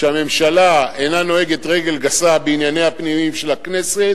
שהממשלה אינה נוהגת רגל גסה בענייניה הפנימיים של הכנסת.